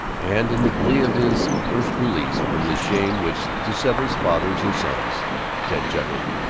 and in the glee of his first release from the shame which dissevers fathers and sons ted chuckled,